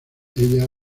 ella